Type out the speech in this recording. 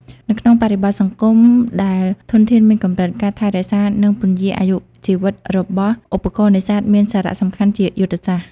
នៅក្នុងបរិបទសង្គមដែលធនធានមានកម្រិត ការថែរក្សា និងពន្យារអាយុជីវិតរបស់ឧបករណ៍នេសាទមានសារៈសំខាន់ជាយុទ្ធសាស្ត្រ។